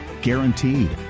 Guaranteed